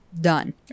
done